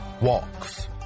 walks